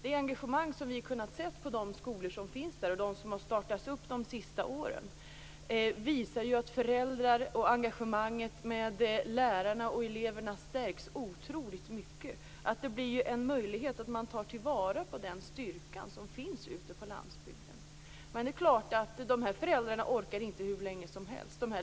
Det engagemang som vi har kunnat se på de skolor som finns och på de skolor som har startats de sista åren visar ju att föräldrarna, lärarna och eleverna stärks otroligt mycket. Det blir en möjlighet att ta vara på den styrka som finns ute på landsbygden. Men det är klart att de här föräldrarna inte orkar hur länge som helst.